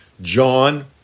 John